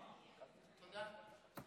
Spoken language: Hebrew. תודה.